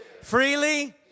freely